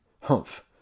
Humph